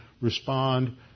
respond